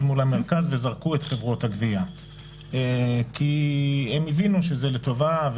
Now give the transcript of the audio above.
מול המרכז וזרקו את חברות הגבייה כי הם הבינו שזה לטובה,